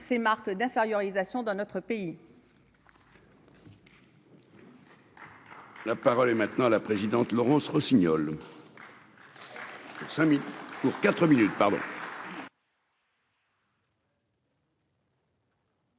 ses marques d'infériorisés sont dans notre pays.